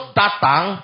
datang